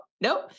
nope